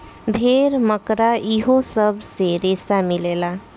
भेड़, मकड़ा इहो सब से रेसा मिलेला